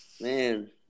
Man